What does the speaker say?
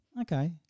Okay